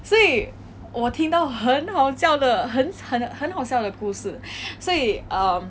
所以我听到很好笑的很很很好笑的故事所以 um